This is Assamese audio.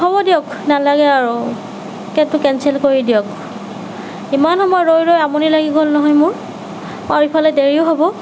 হ'ব দিয়ক নালাগে আৰু কেবটো কেনচেল কৰি দিয়ক ইমান সময় ৰৈ ৰৈ আমনি লাগি গ'ল নহয় মোৰ এইফালে দেৰিও হ'ব